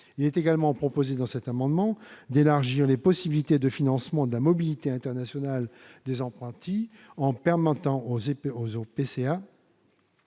Il est également proposé d'élargir les possibilités de financement de la mobilité internationale des apprentis en permettant aux OPCA,